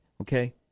okay